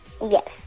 Yes